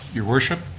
your worship,